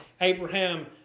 Abraham